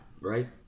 right